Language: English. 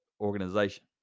organization